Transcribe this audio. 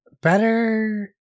better